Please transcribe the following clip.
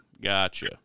gotcha